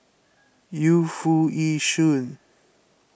Yu Foo Yee Shoon